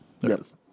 Yes